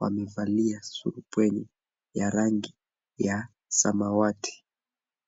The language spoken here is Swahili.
wamevalia sulubwenye ya rangi ya samawati.